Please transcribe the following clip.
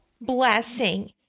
blessing